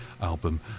album